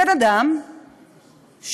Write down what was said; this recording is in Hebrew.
על בן-אדם שנתפס